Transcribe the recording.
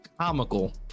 comical